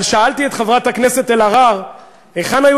אבל שאלתי את חברת הכנסת אלהרר היכן היו